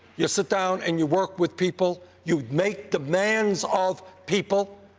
you sit down and you work with people, you make demands of people,